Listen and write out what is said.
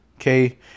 Okay